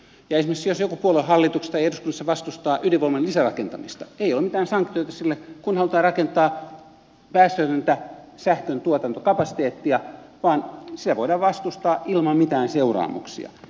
esimerkiksi jos joku puolue hallituksessa tai eduskunnassa vastustaa ydinvoiman lisärakentamista ei ole mitään sanktioita sille vaikka halutaan rakentaa päästötöntä sähköntuotantokapasiteettia vaan sitä voidaan vastustaa ilman mitään seuraamuksia